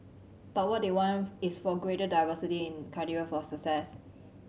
but what they want is for a greater diversity in criteria for success